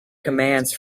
commands